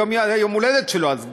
היום יום ההולדת שלו אז בכלל,